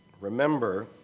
remember